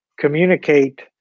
communicate